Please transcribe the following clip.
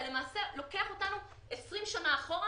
אתה לוקח אותנו 20 שנה אחורה.